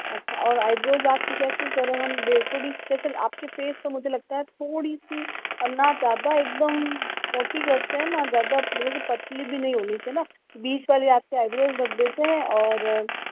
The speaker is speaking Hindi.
अच्छा और आइब्रोज आपकी कैसे करें हम आपके फेस पर मुझे ऐसे लगता है थोड़ी सी न ज़्यादा एकदम मोटी करते है और ना ज़्यादा जैसे पतली भी होनी चाहिए न बिच वाली आपकी आइब्रोज रख देते हैं और